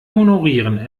honorieren